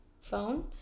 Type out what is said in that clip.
phone